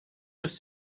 was